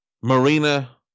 Marina